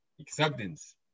Acceptance